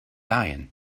lion